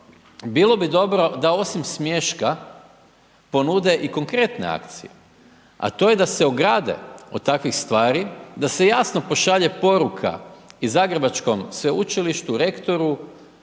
bilo bi dobro da osim smješka ponude i konkretne akcije, a to je da se ograde od takvih stvari, da se jasno pošalje poruka, i zagrebačkom sveučilištu, rektoru,